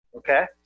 Okay